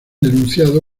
denunciado